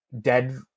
dead